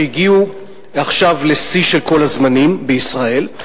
שהגיעו עכשיו לשיא של כל הזמנים בישראל,